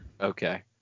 Okay